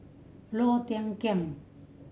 Low Thia Khiang